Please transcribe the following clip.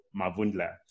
Mavundla